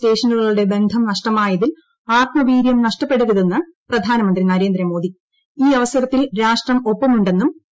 സ്റ്റേഷനുകളുടെ ബന്ധം നഷ്ടമായതിൽആത്മവീര്യം നഷ്ടപ്പെടരുതെന്ന് പ്രധാനമന്ത്രി ഈ അവസരത്തിൽരാഷ്ട്രംഒപ്പമുടെ നരേന്ദ്രമോദി